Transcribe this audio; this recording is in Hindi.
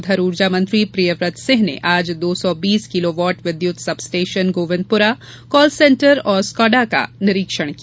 उधर ऊर्जा मंत्री प्रियव्रत सिंह ने आज दो सौ बीस किलोवाट विद्युत सब स्टेशन गोविंदपुरा कालसेण्टर और स्काडा का निरीक्षण किया